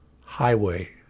highway